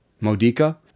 Modica